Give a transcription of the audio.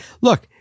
look